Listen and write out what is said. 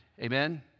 Amen